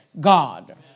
God